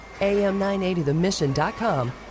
am980themission.com